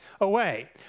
away